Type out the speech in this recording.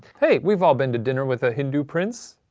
hey, we've all been to dinner with a hindu prince.